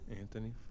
Anthony